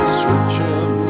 searching